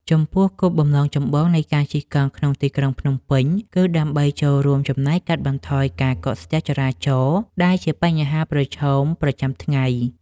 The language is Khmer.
ចំពោះគោលបំណងចម្បងនៃការជិះកង់ក្នុងទីក្រុងភ្នំពេញ គឺដើម្បីចូលរួមចំណែកកាត់បន្ថយការកកស្ទះចរាចរណ៍ដែលជាបញ្ហាប្រឈមប្រចាំថ្ងៃ។